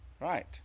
Right